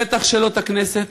בטח שלא את הכנסת,